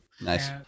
Nice